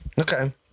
Okay